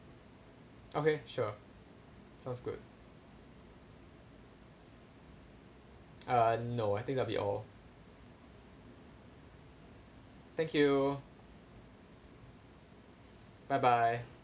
okay sure sounds good err no I think that'll be all thank you bye bye